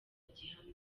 gihamya